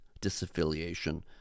disaffiliation